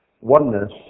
oneness